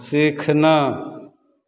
सीखना